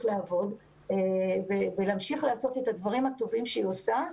לעבוד ולהמשיך לעשות את הדברים הטובים שהיא עושה.